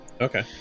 Okay